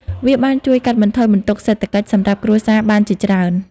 វាបានជួយកាត់បន្ថយបន្ទុកសេដ្ឋកិច្ចសម្រាប់គ្រួសារបានជាច្រើន។